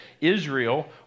Israel